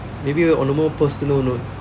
maybe on a more personal note